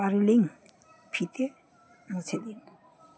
পারুলিং ফিতে রছে দিন